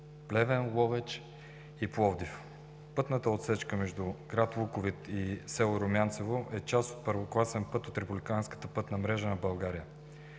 Плевен, Ловеч и Пловдив. Пътната отсечка между град Луковит и село Румянцево е част от първокласен път от републиканската пътна мрежа на България.